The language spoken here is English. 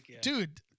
Dude